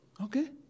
Okay